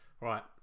Right